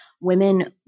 women